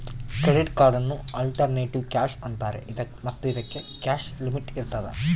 credit ಕಾರ್ಡನ್ನು alternative cash ಅಂತಾರೆ ಮತ್ತು ಇದಕ್ಕೆ ಕ್ಯಾಶ್ ಲಿಮಿಟ್ ಇರ್ತದ